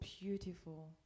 beautiful